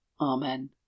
Amen